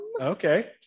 okay